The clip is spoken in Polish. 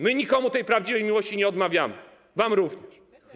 My nikomu tej prawdziwej miłości nie odmawiamy, wam również.